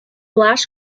last